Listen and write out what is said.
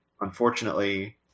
unfortunately